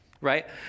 right